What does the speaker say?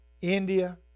India